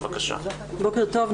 בוקר טוב.